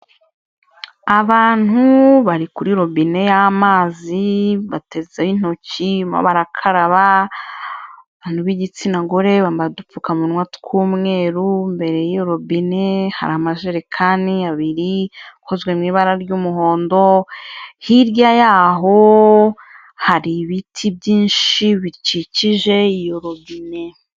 Abantu bari kuri robine y'amazi batezeho intoki barimo barakaraba, abantu b'igitsina gore bambaye udupfukamunwa tw'umweru, mbere y'iyo robine hari amajerekani abiri akozwe mu ibara ry'umuhondo, hirya yaho hari ibiti byinshi bikikije iyo robine.